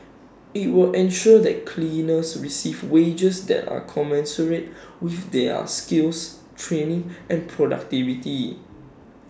IT will ensure that cleaners receive wages that are commensurate with their skills training and productivity